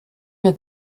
mir